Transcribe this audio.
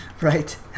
Right